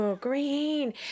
green